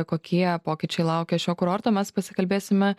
kokie pokyčiai laukia šio kurorto mes pasikalbėsime